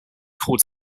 called